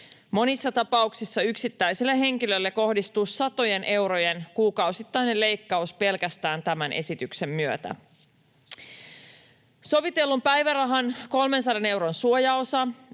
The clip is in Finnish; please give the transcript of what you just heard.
Monissa tapauksissa yksittäiselle henkilölle kohdistuu satojen eurojen kuukausittainen leikkaus pelkästään tämän esityksen myötä. Sovitellun päivärahan 300 euron suojaosan